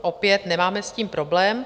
Opět nemáme s tím problém.